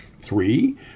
Three